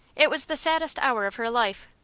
it was the saddest hour of her life.